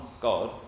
God